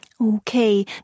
Okay